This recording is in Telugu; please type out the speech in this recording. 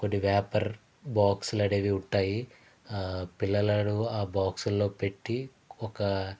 కొన్ని వ్యాపర్ బాక్స్లనేవి ఉంటాయి పిల్లలను ఆ బాక్సు లో పెట్టి ఒక